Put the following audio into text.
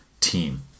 team